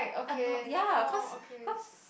I know ya cause cause